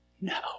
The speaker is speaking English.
No